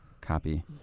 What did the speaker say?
copy